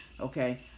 Okay